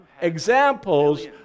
examples